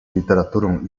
literaturą